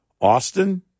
Austin